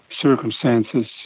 circumstances